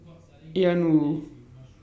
Ian Woo